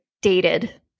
dated